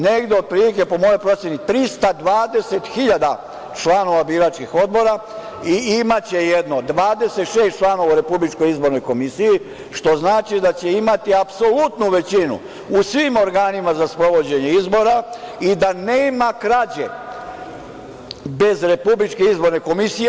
To je negde, otprilike, po mojoj proceni 320 hiljada članova biračkih odbora, i imaće jedno 26 članova u Republičkoj izbornoj komisiji, što znači da će imati apsolutnu većinu u svim organima za sprovođenje izbora i da nema krađe bez Republičke izborne komisije.